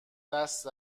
دست